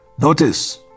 Notice